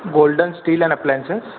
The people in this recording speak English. golden steel and appliances